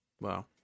Wow